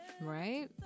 Right